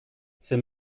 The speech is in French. c’est